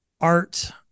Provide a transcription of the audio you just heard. art